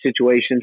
situations